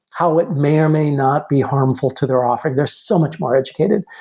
how it may or may not be harmful to their offering. they're so much more educated.